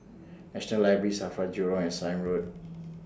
National Library SAFRA Jurong and Sime Road